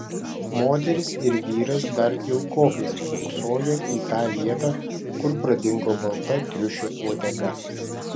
moteris ir vyras dar ilgokai spoksojo į tą vietą kur pradingo balta triušio uodega